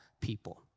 people